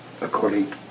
according